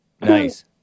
Nice